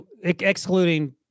Excluding